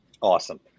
Awesome